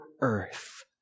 earth